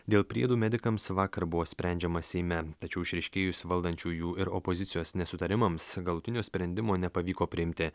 dėl priedų medikams vakar buvo sprendžiama seime tačiau išryškėjus valdančiųjų ir opozicijos nesutarimams galutinio sprendimo nepavyko priimti